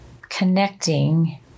connecting